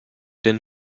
den